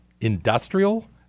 industrial